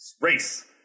Race